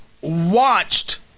watched